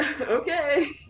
Okay